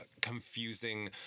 confusing